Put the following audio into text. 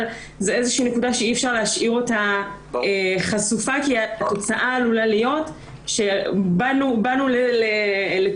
אבל זו נקודה שאי אפשר להשאיר חשופה כי התוצאה עלולה להיות שבאנו לתקן